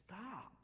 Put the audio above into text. stop